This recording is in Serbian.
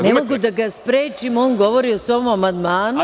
Ne mogu da ga sprečim, on govori o svom amandmanu.